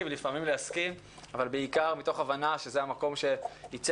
אבל בעיקר מתוך הבנה שזה המקום שייצג את הסטודנטים בשנים האחרונות,